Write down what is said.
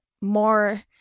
more